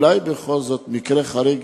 אולי בכל זאת מקרה חריג,